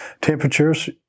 temperatures